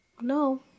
No